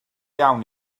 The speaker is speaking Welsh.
iawn